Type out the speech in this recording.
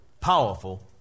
powerful